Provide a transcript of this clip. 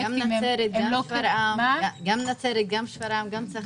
גם נצרת, גם שפרעם, גם סכנין.